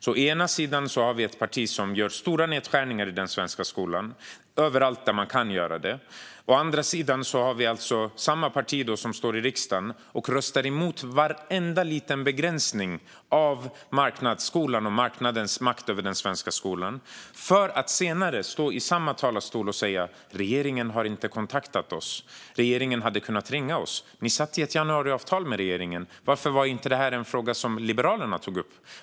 Å ena sidan har vi ett parti som gör stora nedskärningar överallt i den svenska skolan där man kan göra det. Å andra sidan står alltså samma parti i riksdagen och röstar emot varenda liten begränsning av marknadsskolan och marknadens makt över den svenska skolan, för att senare stå i samma talarstol och säga: Regeringen har inte kontaktat oss. Regeringen hade kunnat ringa oss. Ni satt i ett januariavtal med regeringen. Varför var inte det här en fråga som Liberalerna tog upp?